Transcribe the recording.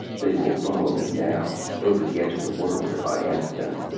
they will follow me now, over the edge of the world, if i ask them.